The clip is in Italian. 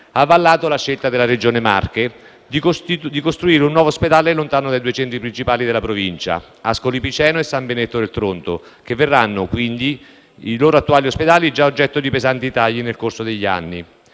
avallato la scelta della Regione Marche di costruire un nuovo ospedale lontano dai due centri principali della provincia, Ascoli Piceno e San Benedetto del Tronto, che vedranno, quindi, i loro attuali ospedali, già oggetto di pesanti tagli nel corso degli anni